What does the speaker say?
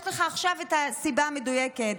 יש לך עכשיו את הסיבה המדויקת.